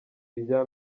irya